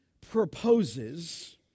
proposes